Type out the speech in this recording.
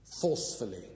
forcefully